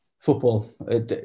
football